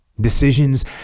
decisions